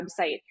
website